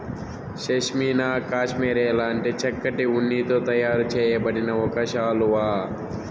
pashmina cashmere లాంటి చక్కటి ఉన్నితో తయారు చేయబడిన ఒక శాలువా